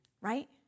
right